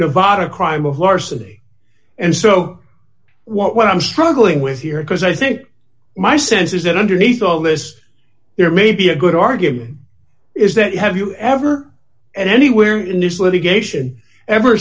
nevada crime of larceny and so what i'm struggling with here because i think my sense is that underneath all this there may be a good argument is that have you ever and anywhere in this litigation ever